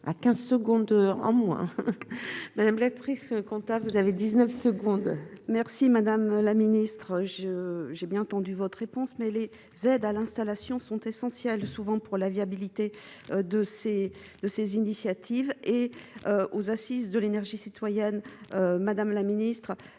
à 15 secondes en moins madame quant vous avez 19 secondes. Merci madame la ministre, je j'ai bien entendu votre réponse cède à l'installation sont essentiels, souvent pour la viabilité de ces, de ces initiatives et aux assises de l'énergie citoyenne, madame la ministre